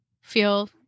feel